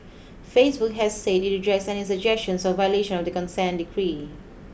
Facebook has said it rejects any suggestions of violation of the consent decree